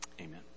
amen